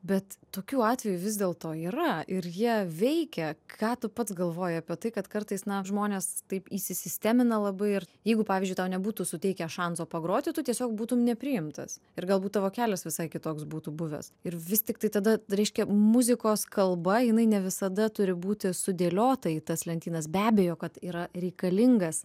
bet tokių atvejų vis dėl to yra ir jie veikia ką tu pats galvoji apie tai kad kartais na žmonės taip įsisistemina labai ir jeigu pavyzdžiui tau nebūtų suteikę šanso pagroti tu tiesiog būtum nepriimtas ir galbūt tavo kelias visai kitoks būtų buvęs ir vis tiktai tada reiškia muzikos kalba jinai ne visada turi būti sudėliota į tas lentynas be abejo kad yra reikalingas